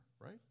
right